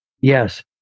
Yes